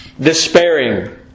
despairing